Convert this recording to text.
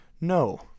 No